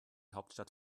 hauptstadt